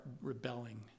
rebelling